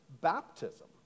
Baptism